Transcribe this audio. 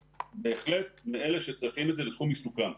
בהחלט מאלה שצריכים את זה לתחום עיסוקה.